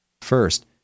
First